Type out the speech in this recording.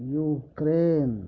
Ukraine